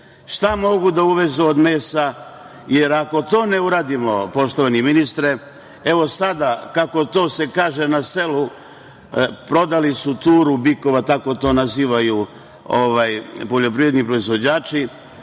šta mogu da uvezu od mesa, jer ako to ne uradimo, poštovani ministre, evo sada, kako to se kaže na selu, prodali su turu bikova, tako to nazivaju poljoprivredni proizvođači,